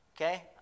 Okay